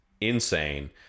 insane